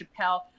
chappelle